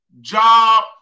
job